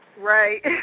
Right